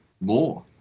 more